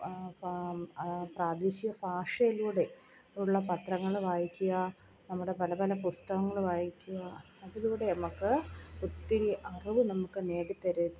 പ്രാദേശിക ഭാഷയിലൂടെ ഉള്ള പത്രങ്ങൾ വായിക്കുക നമ്മുടെ പല പല പുസ്തകങ്ങൾ വായിക്കുക അതിലൂടെ അമ്മക്ക് ഒത്തിരി അറിവ് നമുക്ക് നേടി തരുക